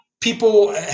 people –